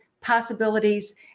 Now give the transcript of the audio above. possibilities